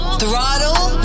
throttle